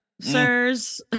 sirs